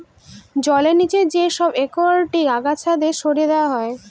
জলের নিচে যে সব একুয়াটিক আগাছাকে সরিয়ে দেওয়া হয়